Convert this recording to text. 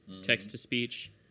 Text-to-speech